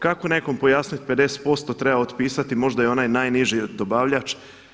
Kako nekom pojasnit 50% treba otpisati, možda i onaj najniži dobavljač.